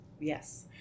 Yes